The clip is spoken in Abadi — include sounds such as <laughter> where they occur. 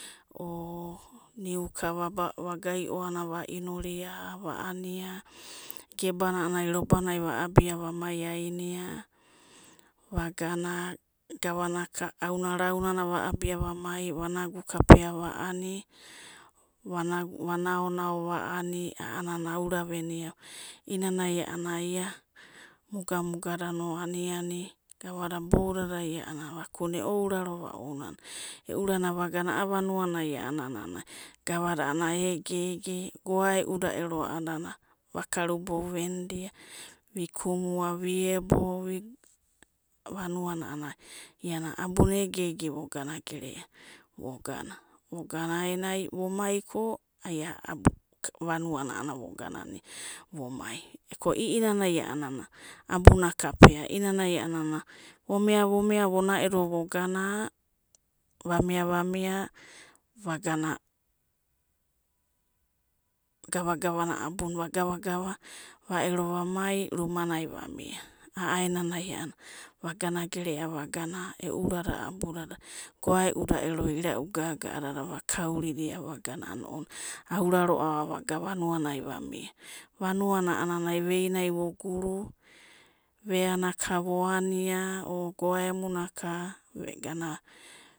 Ooo niu'ka va'gai'oana va'inuria va'ania, gebana a'anana ai rabanai va'abia va'maianina, va gana gavanaka auna raunana va'abia va'maiaina vanagu kapea va'ani, vanaonao va'ani a'anana auravenia, i'inanai a'anana ia mugamugadano aniani, gavada iboudadai a'anana vakuna e'ouraroava ana ouraro, e'u'urana vaganai a'a vanuana a'anana gavada nara ege'ege goaeuda <unintelligible> va karubou vendia, vi'kumua ve'ebo vanua a'anana iana abuna ege'ege vagagerea vogana vogana aenai ai vo mai ko ai aa abu, vanuana a'anana vo ganania, vo mai ko, i'inanai a'anana abuna kapea i'iana a'anana vo'mia vo'mia vonaedo vogana, va'mia va'mia vagana gava'gavana abunana va'gavagava, vaero va'mai rumanai va'mia a'aenanai va'ganagerea vagana e'u urada abudada, goaeuda ira'u gaga a'adada va'kauridia va'gana ana ounanai, aura roava vagana vanuanai va'mia vanuano a'anana vei'nai vo'gu'ru veana ka vo'ania ooo goaemunaka vegana.